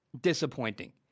disappointing